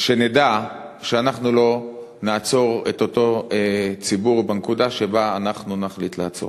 שנדע שאנחנו לא נעצור את אותו ציבור בנקודה שבה אנחנו נחליט לעצור.